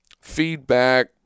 feedback